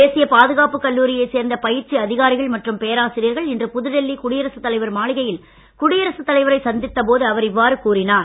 தேசிய பாதுகாப்பு கல்லூரியைச் சேர்ந்த பயிற்சி அதிகாரிகள் மற்றும் பேராசிரியர்கள் இன்று புதுடெல்லி குடியரசு தலைவர் மாளிகையில் குடியரசு தலைவரை சந்தித்த போது அவர் இவ்வாறு கூறினார்